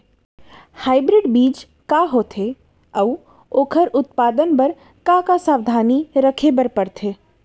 Hybrid बीज का होथे अऊ ओखर उत्पादन बर का का सावधानी रखे बर परथे?